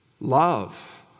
Love